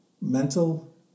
mental